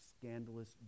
scandalous